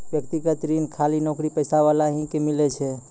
व्यक्तिगत ऋण खाली नौकरीपेशा वाला ही के मिलै छै?